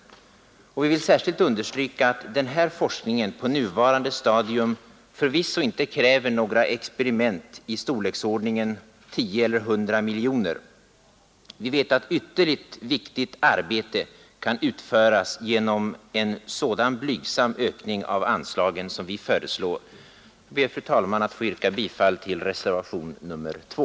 Vi vill särskilt understryka att denna forskning på nuvarande stadium förvisso inte kräver några experiment som leder till kostnader av storleksordningen 10 eller 100 miljoner. Vi vet att ytterligt viktigt arbete kan utföras genom en sådan blygsam ökning av anslagen som vi föreslår. Jag ber, fru talman, att få yrka bifall till reservationen 2.